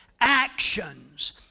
actions